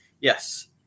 Yes